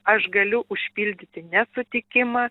aš galiu užpildyti nesutikimą